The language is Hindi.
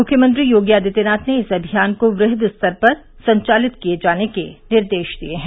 मुख्यमंत्री योगी आदित्यनाथ ने इस अभियान को वृहद स्तर पर संचालित किए जाने के निर्देश दिए हैं